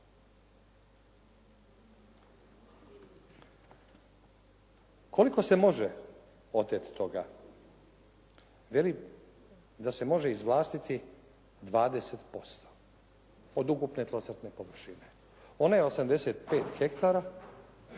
Koliko se može oteti toga? Veli da se može izvlastiti 20% od ukupne tlocrtne površina. Ona je 85 hektara,